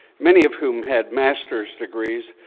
many of whom had master's degrees,